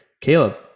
Caleb